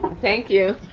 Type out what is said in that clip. thank you.